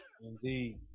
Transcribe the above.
Indeed